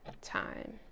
time